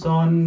on